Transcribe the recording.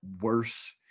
worse